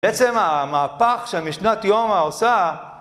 בעצם המהפך שהמשנת יומא עושה